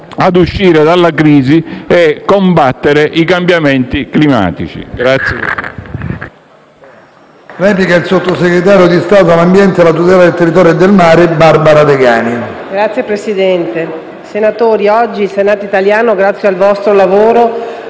per uscire dalla crisi e combattere i cambiamenti climatici.